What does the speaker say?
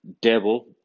Devil